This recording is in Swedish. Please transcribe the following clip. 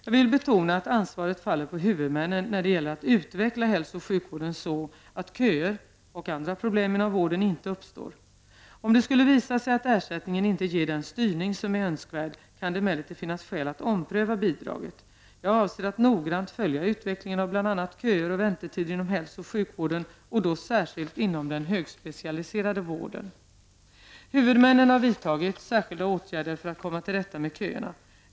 Jag vill betona att ansvaret faller på huvudmännen när det gäller att utveckla hälsooch sjukvården så att köer och andra problem inom vården inte uppstår. Om det skulle visa sig att ersättningen inte ger den styrning som är önskvärd, kan det emellertid finnas skäl att ompröva bidraget. Jag avser att noggrant följa utvecklingen när det gäller bl.a. köer och väntetider inom hälsooch sjukvården, och då särskilt inom den högspecialiserade vården. Huvudmännen har vidtagit särskilda åtgärder för att komma till rätta med köerna.